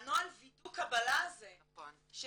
הנוהל וידוא קבלה הזה שייסדתם,